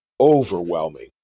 overwhelming